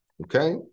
Okay